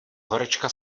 horečka